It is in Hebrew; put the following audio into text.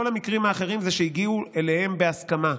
המקרים האחרים הוא שהגיעו אליהם בהסכמה,